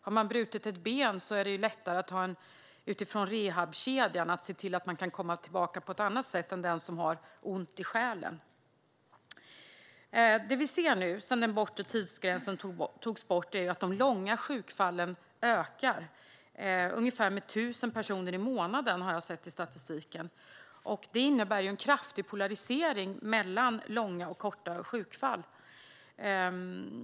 För den som brutit ett ben är det lättare att genom rehabkedjan komma tillbaka än vad det är för den som har ont i själen. Sedan den bortre tidsgränsen togs bort har de långa sjukfrånvarofallen ökat med ungefär 1 000 personer i månaden, har jag sett i statistiken. Det innebär en kraftig polarisering mellan långa och korta sjukfall.